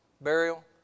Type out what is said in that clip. burial